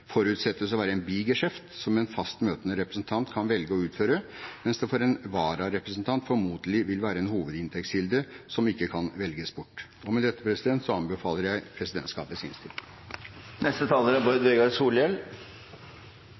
forutsettes å være en bigeskjeft som en fast møtende representant kan velge å utføre, mens det for en vararepresentant formodentlig vil være en hovedinntektskilde, som ikke kan velges bort. Med dette anbefaler jeg presidentskapets innstilling. Det er